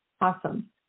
Awesome